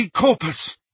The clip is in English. Corpus